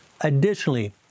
Additionally